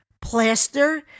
plaster